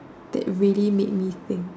that really made me think